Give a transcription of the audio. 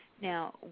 Now